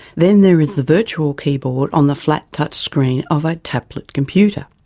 then there's the virtual keyboard on the flat touch screen of a tablet computer.